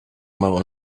more